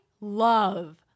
love